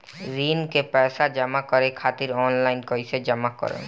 ऋण के पैसा जमा करें खातिर ऑनलाइन कइसे जमा करम?